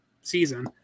season